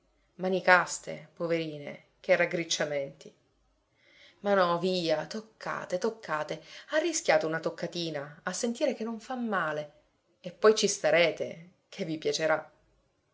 mani caste poverine che raggricciamenti ma no via toccate toccate arrischiate una toccatina a sentire che non fa male e poi ci starete che vi piacerà